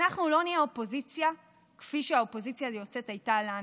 אנחנו לא נהיה אופוזיציה כפי שהאופוזיציה היוצאת הייתה לנו.